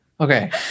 Okay